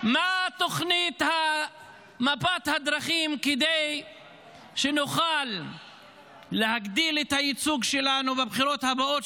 מה תוכנית מפת הדרכים כדי שנוכל להגדיל את הייצוג שלנו בבחירות הבאות,